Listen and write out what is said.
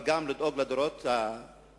אבל גם לדאוג לדורות הקיימים.